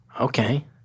Okay